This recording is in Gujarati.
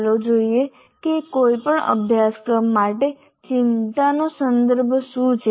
ચાલો જોઈએ કે કોઈપણ અભ્યાસક્રમ માટે ચિંતાનો સંદર્ભ શું છે